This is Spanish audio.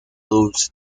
dulce